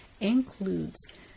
includes